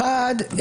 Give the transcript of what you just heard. האחד,